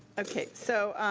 okay, so.